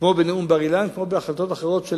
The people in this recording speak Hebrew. כמו בנאום בר-אילן וכמו בהחלטות אחרות של